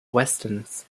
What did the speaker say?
westerns